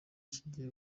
kigiye